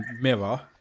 Mirror